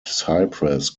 cypress